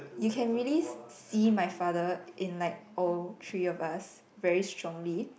you can really see my father in like all three of us very strongly